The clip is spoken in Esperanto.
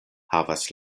havas